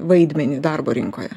vaidmenį darbo rinkoje